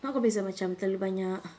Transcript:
not complacent macam terlalu banyak